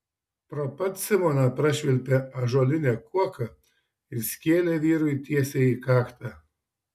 pro pat simoną prašvilpė ąžuolinė kuoka ir skėlė vyrui tiesiai į kaktą